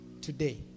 today